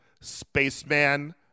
Spaceman